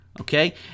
okay